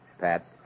Pat